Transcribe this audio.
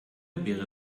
wäre